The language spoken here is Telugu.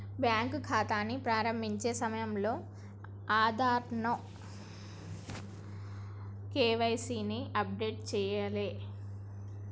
బ్యాంకు ఖాతాని ప్రారంభించే సమయంలో ఆధార్తో కేవైసీ ని అప్డేట్ చేయాలే